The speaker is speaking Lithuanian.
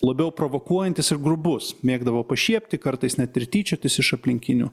labiau provokuojantis ir grubus mėgdavo pašiepti kartais net ir tyčiotis iš aplinkinių